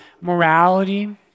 morality